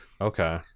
okay